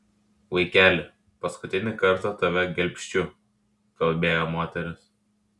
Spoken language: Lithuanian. vaikeli paskutinį kartą tave gelbsčiu kalbėjo moteris